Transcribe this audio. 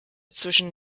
zwischen